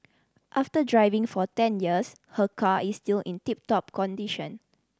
after driving for ten years her car is still in tip top condition